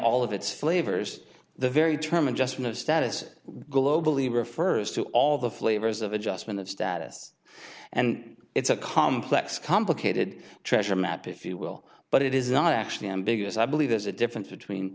all of its flavors the very term adjustment of status globally refers to all the flavors of adjustment of status and it's a complex complicated treasure map if you will but it is not actually ambiguous i believe there's a difference between